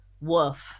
woof